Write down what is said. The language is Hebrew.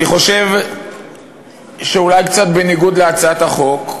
אני חושב שאולי קצת בניגוד להצעת החוק,